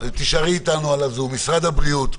משרד הבריאות,